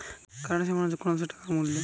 currency মানে যে কোনো দ্যাশের টাকার মূল্য